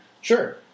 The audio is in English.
Sure